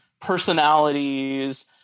personalities